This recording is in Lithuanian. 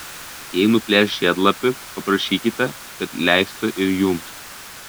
jei nuplėš žiedlapį paprašykite kad leistų ir jums